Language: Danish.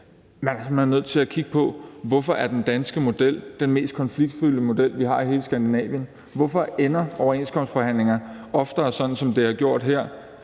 hen er nødt til at kigge på, hvorfor den danske model er den mest konfliktfyldte model vi har i hele Skandinavien. Hvorfor ender overenskomstforhandlinger oftere sådan, som de har gjort her